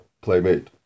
playmate